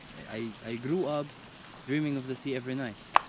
i i grew up dreaming of the sea every night.